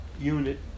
unit